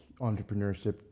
entrepreneurship